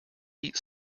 eat